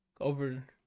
over